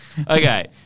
Okay